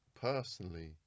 personally